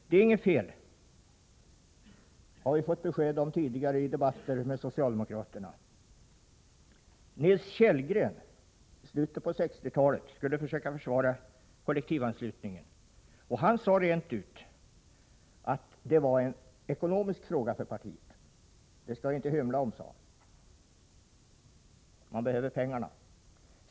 Det är inget fel, var vi fått besked om i tidigare debatter med socialdemokraterna. Nils Kjellgren skulle i slutet av 1960-talet försöka försvara kollektivanslutningen. Han sade rent ut att det var en ekonomisk fråga för partiet. Det skall vi inte hymla med, sade han, partiet behöver pengarna.